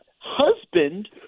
husband